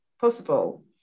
possible